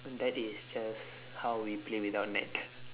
and that is just how we play without net